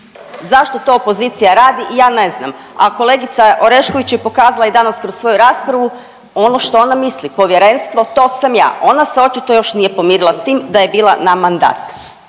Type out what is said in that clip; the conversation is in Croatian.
Zašto to opozicija radi? Ja ne znam. A kolegica Orešković je pokazala i danas kroz svoju raspravu ono što ona misli, povjerenstvo to sam ja. Ona se očito još nije pomirila s tim da je bila na mandat.